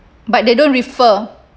but they don't refer